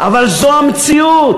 אבל זו המציאות.